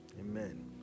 Amen